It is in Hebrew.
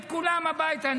את כולם הביתה.